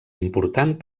important